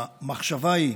המחשבה היא: